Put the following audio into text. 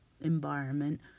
environment